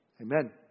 amen